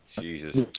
Jesus